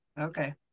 Okay